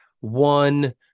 one